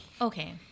okay